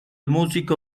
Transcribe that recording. músico